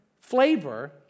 flavor